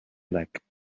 black